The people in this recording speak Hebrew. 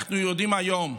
אנחנו יודעים היום: